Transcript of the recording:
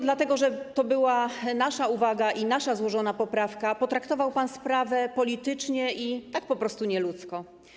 Dlatego że to była nasza uwaga i przez nas złożona poprawka, potraktował pan sprawę politycznie i po prostu nieludzko.